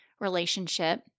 relationship